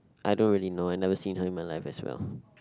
I don't really know I never seen her in my life as well